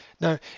Now